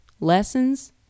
lessons